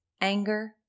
anger